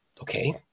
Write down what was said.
okay